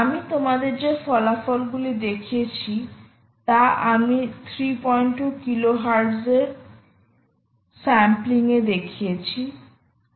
আমি তোমাদের যে ফলাফলগুলি দেখিয়েছি তা আমি 32 কিলোহার্টজ এর স্যাম্পলিং এ দেখিয়েছি